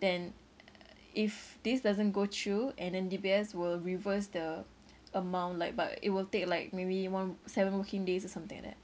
then uh if this doesn't go through and then D_B_S will reverse the amount like but it will take like maybe one seven working days or something like that